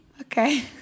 Okay